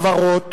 החברות